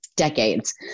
decades